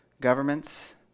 governments